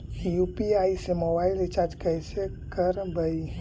UPI से mobile recharge कैसे करबइ?